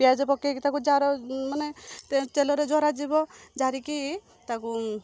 ପିଆଜ ପକେଇକି ତାକୁ ଜାର ମାନେ ତେଲରେ ଜରା ଯିବ ଜାରିକି ତାକୁ